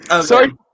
Sorry